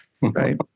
Right